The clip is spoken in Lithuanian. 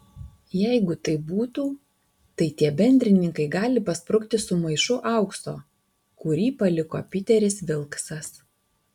jeigu taip būtų tai tie bendrininkai gali pasprukti su maišu aukso kurį paliko piteris vilksas